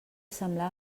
semblar